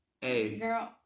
Hey